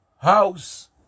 house